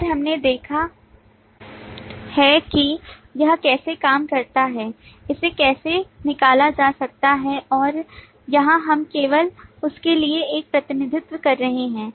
और हमने देखा है कि यह कैसे काम करता है इसे कैसे निकाला जा सकता है और यहां हम केवल उसके लिए एक प्रतिनिधित्व कर रहे हैं